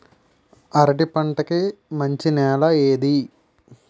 అరటి పంట కి మంచి నెల ఏది?